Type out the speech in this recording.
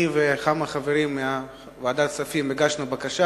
אני וכמה חברים מוועדת הכספים הגשנו בקשה